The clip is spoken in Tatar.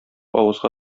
авызга